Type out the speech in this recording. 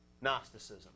Gnosticism